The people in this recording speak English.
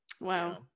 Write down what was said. Wow